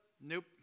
Nope